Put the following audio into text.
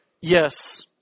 Yes